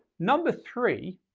number three,